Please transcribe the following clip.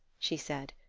she said,